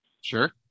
sure